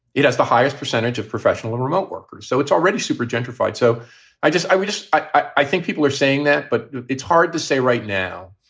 it has the highest percentage of professional and remote workers. so it's already super gentrified. so i just i just i think people are saying that. but it's hard to say right now.